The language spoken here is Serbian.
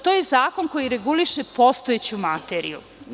To je zakon koji reguliše postojeću materiju.